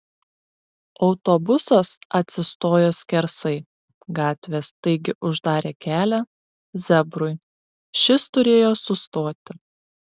autobusas atsistojo skersai gatvės taigi uždarė kelią zebrui šis turėjo sustoti